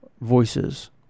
voices